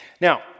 Now